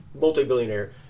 multi-billionaire